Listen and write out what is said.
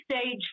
stage